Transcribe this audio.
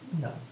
No